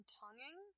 tonguing